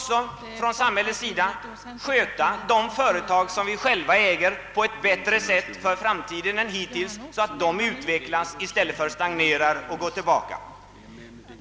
Samhället måste också sköta sina egna företag bättre i framtiden än hittills så att de utvecklas i stället för att de stagnerar och går tillbaka.